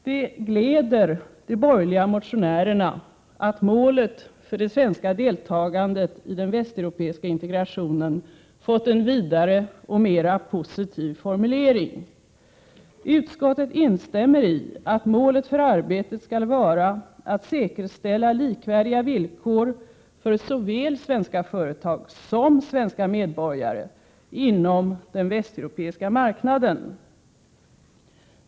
Det gläder de borgerliga motionärerna att målet för det svenska deltagandet i den västeuropeiska integrationen fått en vidare och mera positiv formulering. Utskottet instämmer i att målet för arbetet skall vara att säkerställa likvärdiga villkor för såväl svenska företag som svenska medborgare inom den västeuropeiska marknaden.